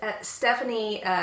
Stephanie